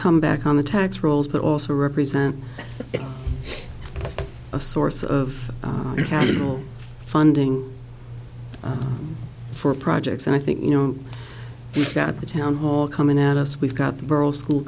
back on the tax rolls but also represent a source of funding for projects and i think you know you've got the town hall coming at us we've got the borough school